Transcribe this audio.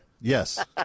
Yes